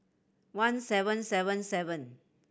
one seven seven seven